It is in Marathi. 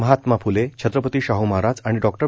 महात्मा फुले छत्रपती शाहू महाराज आणि डों